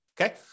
okay